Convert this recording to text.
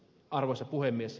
arvoisa puhemies